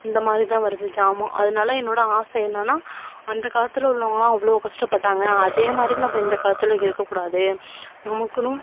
இந்த மாதிரி தான் வருது ஜாமான் அதனால என்னோட ஆசை என்னன்னா அந்த காலத்தில் உள்ளவங்கள்லாம் அவ்வளோ கஷ்டப்பட்டாங்கள் அதேமாதிரி நம்ம இந்த காலத்தில் இருக்கக்கூடாது நமக்குன்னும்